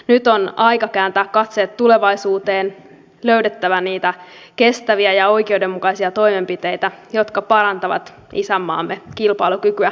nyt on aika kääntää katseet tulevaisuuteen löydettävä niitä kestäviä ja oikeudenmukaisia toimenpiteitä jotka parantavat isänmaamme kilpailukykyä